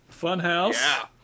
Funhouse